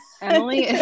Emily